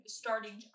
starting